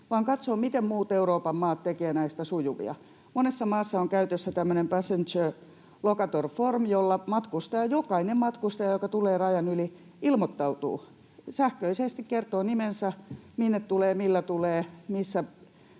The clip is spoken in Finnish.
vaan katsoa, miten muut Euroopan maat tekevät näistä sujuvia. Monessa maassa on käytössä tämmöinen passenger locator form, jolla jokainen matkustaja, joka tulee rajan yli, ilmoittautuu sähköisesti, kertoo nimensä ja sen, minne tulee, millä tulee, missä